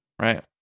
right